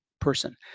person